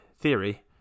theory